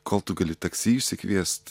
kol tu gali taksi išsikviest